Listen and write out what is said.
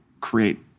create